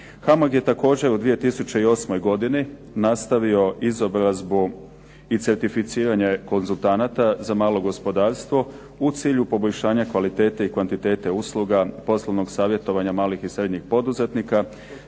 HAMAG je također u 2008. godini nastavio izobrazbu i certificiranje konzultanata za malo gospodarstvo u cilju poboljšanja kvalitete i kvantitete usluga poslovnog savjetovanja malih i srednjih poduzetnika,